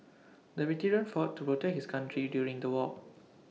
the veteran fought to protect his country during the war